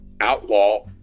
outlaw